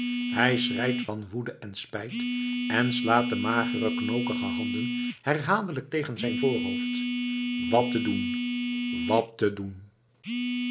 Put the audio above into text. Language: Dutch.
hij schreit van woede en spijt en slaat de magere knokkelige handen herhaaldelijk tegen zijn voorhoofd wat te doen wat te doen